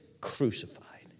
crucified